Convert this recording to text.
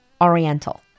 oriental